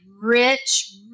rich